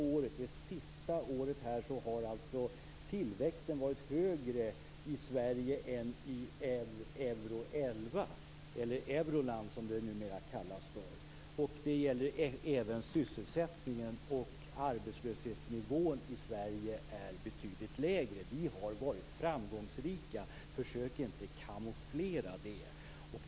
Det senaste året har tillväxten varit högre i Sverige än i Euro 11 eller Euroland som det numera kallas för. Det gäller även sysselsättningen. Arbetslöshetsnivån i Sverige är betydligt lägre. Vi har varit framgångsrika. Försök inte kamouflera det!